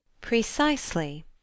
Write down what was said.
precisely